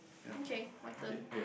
okay my turn